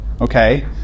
okay